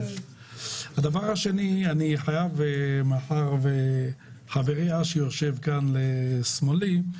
דבר שני, מאחר וחברי אשי יושב כאן לשמאלי,